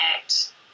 act